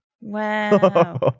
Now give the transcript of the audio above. Wow